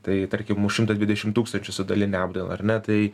tai tarkim už šimtą dvidešimt tūkstančių su daline apdaila ar ne tai